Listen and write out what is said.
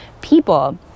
People